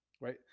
right